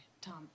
Tom